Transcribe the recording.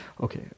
okay